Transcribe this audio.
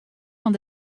fan